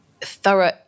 thorough